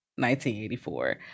1984